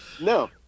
No